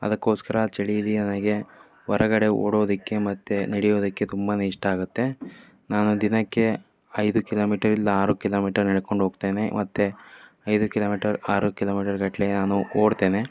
ಅದಕ್ಕೋಸ್ಕರ ಚಳಿಯಲ್ಲಿ ನನಗೆ ಹೊರಗಡೆ ಓಡೋದಕ್ಕೆ ಮತ್ತು ನಡೆಯೋದಕ್ಕೆ ತುಂಬ ಇಷ್ಟ ಆಗುತ್ತೆ ನಾನು ದಿನಕ್ಕೆ ಐದು ಕಿಲೋಮೀಟರ್ ಇಲ್ಲ ಆರು ಕಿಲೋಮೀಟರ್ ನೆಡ್ಕೊಂಡು ಹೋಗ್ತೇನೆ ಮತ್ತು ಐದು ಕಿಲೋಮೀಟರ್ ಆರು ಕಿಲೋಮೀಟರ್ ಗಟ್ಟಲೆ ನಾನು ಓಡ್ತೇನೆ